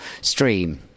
stream